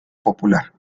popular